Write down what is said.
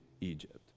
Egypt